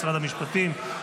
משרד המשפטים,